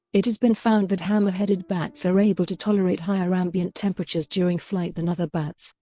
it has been found that hammer-headed bats are able to tolerate higher ambient temperatures during flight than other bats.